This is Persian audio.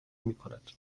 میکند